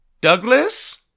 Douglas